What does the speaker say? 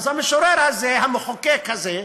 אז המשורר הזה, המחוקק הזה,